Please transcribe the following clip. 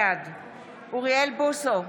בעד אוריאל בוסו,